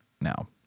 now